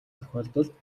тохиолдолд